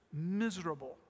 miserable